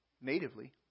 natively